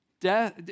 Death